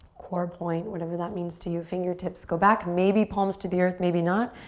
core point, whatever that means to you. fingertips go back. maybe palms to the earth, maybe not.